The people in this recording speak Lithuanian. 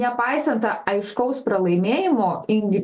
nepaisant aiškaus pralaimėjimo ing